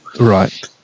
Right